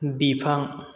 बिफां